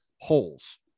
holes